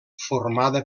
formada